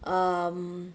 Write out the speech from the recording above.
um